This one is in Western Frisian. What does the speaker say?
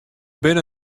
binne